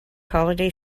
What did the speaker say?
holiday